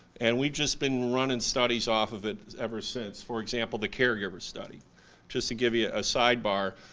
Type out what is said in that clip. and we've just been running studies off of it ever since. for example the caregivers study. just to give you a sidebar,